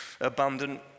abundant